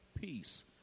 peace